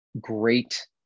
great